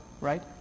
right